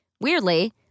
Weirdly